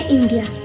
India